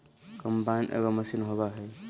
combine एगो machine होबा हइ